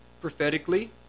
prophetically